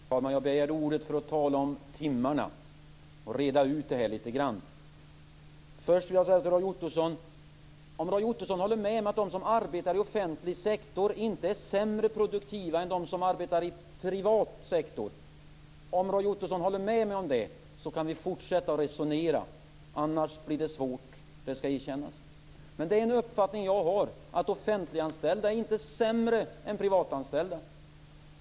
Herr talman! Jag begärde ordet för att tala om timmarna och reda ut det litet grand. Först vill jag säga till Roy Ottosson: Om Roy Ottosson håller med mig att de som arbetar i offentlig sektor inte är mindre produktiva än de som arbetar i privat sektor kan vi fortsätta att resonera. Annars blir det svårt, det skall erkännas. Jag har uppfattningen att offentliganställda inte är sämre än privatanställda.